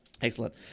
Excellent